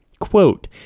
Quote